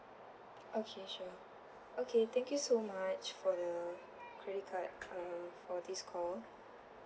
okay sure okay thank you so much for the credit card err for this call